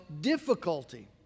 difficulty